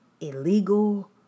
illegal